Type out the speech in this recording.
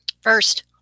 First